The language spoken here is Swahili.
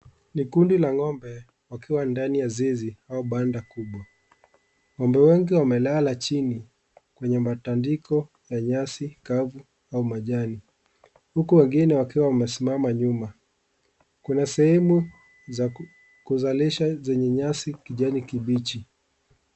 Ni kundi la ng'ombe wakiwa ndani ya zizi au banda kubwa. Ng`ombe wengi wamelala chini kwenye matandiko ya nyasi kavu au majani. Huku wengine wakiwa wamesimama nyuma. Kuna sehemu za kuzalisha zenye nyasi kijini kibichi.